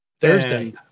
Thursday